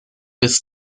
bis